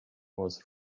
was